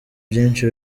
byinshi